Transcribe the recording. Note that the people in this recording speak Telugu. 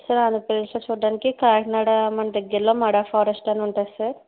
సార్ ఆంధ్రప్రదేశ్ లో చూడడానికి కాకినాడ మన దగ్గరలో మడా ఫారెస్ట్ అని ఉంటుంది సార్